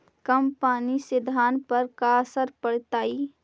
कम पनी से धान पर का असर पड़तायी?